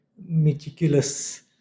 meticulous